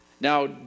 Now